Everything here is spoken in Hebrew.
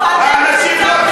האנשים לא טיפשים.